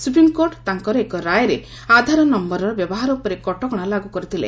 supreme court ତାଙ୍କର ଏକ ରାୟରେ ଆଧାର ନମ୍ଘରର ବ୍ୟବହାର ଉପରେ କଟକଣା ଲାଗୁ କରିଥିଲେ